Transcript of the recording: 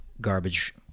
garbage